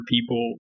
people